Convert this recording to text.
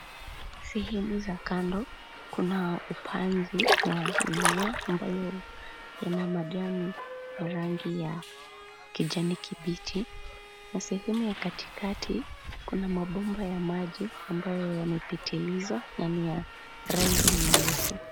Sehemu za kando kuna upanzi wa mimea ambayo yana majani ya rangi ya kijani kibichi. Na sehemu ya katikati kuna mabomba ya maji ambayo yamepitilizwa na ni ya rangi nyeusi.